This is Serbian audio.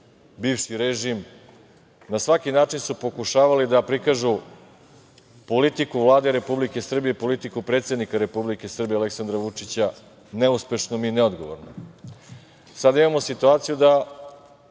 bivši režim. Na svaki način su pokušavali da prikažu politiku Vlade Republike Srbije, politiku predsednika Republike Srbije, Aleksandra Vučića ne uspešnom i ne odgovornom. Sada imamo situaciju da